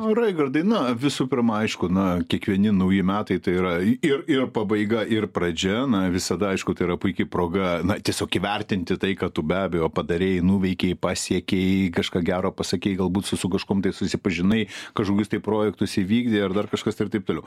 na raigardai na visų pirma aišku na kiekvieni nauji metai tai yra ir ir pabaiga ir pradžia visada aišku tai yra puiki proga na tiesiog įvertinti tai ką tu be abejo padarei nuveikei pasiekei kažką gero pasakei galbūt su su kažkuom tai susipažinai kažkokius projektus įvykdei ar dar kažkas ir taip toliau